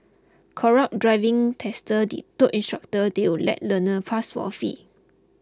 corrupt driving testers told instructors they would let learners pass for a fee